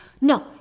No